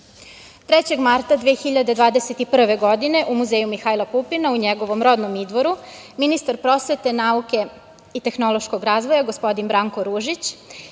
3. marta 2021. godine u „Muzeju Mihajla Pupina“, u njegovom rodnom Idvoru, ministar prosvete, nauke i tehnološkog razvoja, gospodin Branko Ružić,